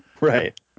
Right